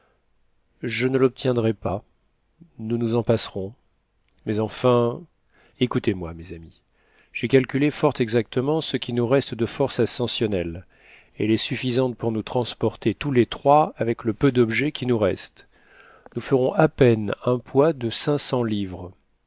je ne lobtiendrai pas nous nous en passerons mais enfin écoutez-moi mes amis j'ai calculé fort exactement ce qui nous reste de force ascensionnelle elle est suffisante pour nous transporter tous les trois avec le peu d'objets qui nous restent nous ferons à peine un poids de cinq cents livres